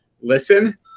listen